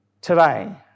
today